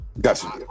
gotcha